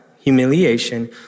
humiliation